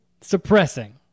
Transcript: suppressing